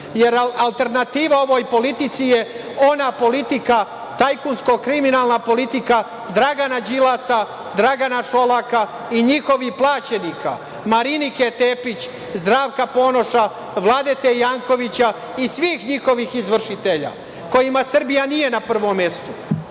Alternativa ovoj politici je ona politika tajkunsko-kriminalna politika Dragana Đilasa, Dragana Šolaka i njihovih plaćenika, Marinike Tepić, Zdravka Ponoša, Vladete Jankovića i svih njihovih izvršitelja kojima Srbija nije na prvom mestu. Jedina